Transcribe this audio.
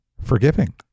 forgiving